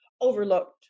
overlooked